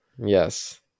yes